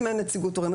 ואם אין נציגות הורים,